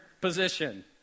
position